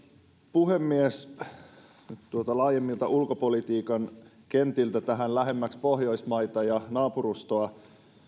puhemies nyt tuolta laajemmilta ulkopolitiikan kentiltä tähän lähemmäksi pohjoismaita ja naapurustoa